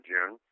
June